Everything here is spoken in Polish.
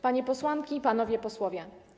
Panie Posłanki i Panowie Posłowie!